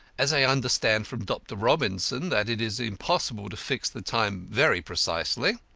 as i understand from dr. robinson, that it is impossible to fix the time very precisely,